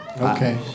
Okay